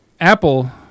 Apple